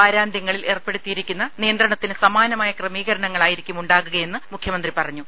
വാരാന്ത്യങ്ങളിൽ ഏർപ്പെടുത്തിയിരി ക്കുന്ന നിയന്ത്രണത്തിന് സമാനമായ ക്രമീകരണങ്ങളായിരിക്കും ഉണ്ടാകുകയെന്ന് മുഖ്യമന്ത്രി പറഞ്ഞു